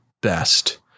best